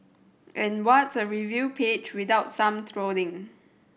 and what's a review page without some trolling